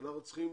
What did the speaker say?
אנחנו צריכים